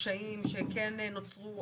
קשיים שכן נוצרו,